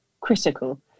critical